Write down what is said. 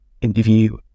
interview